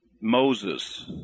Moses